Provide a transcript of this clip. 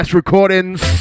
recordings